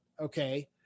okay